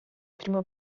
primo